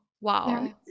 Wow